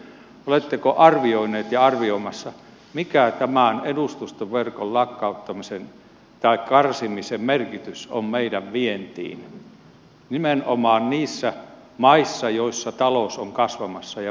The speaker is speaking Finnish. oletteko arvioinut ja arvioimassa mikä tämän edustustoverkon lakkauttamisen tai karsimisen merkitys on meidän vientiimme nimenomaan niissä maissa joissa talous on kasvamassa ja vientikysyntä kasvamassa